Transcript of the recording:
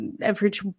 average